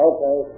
Okay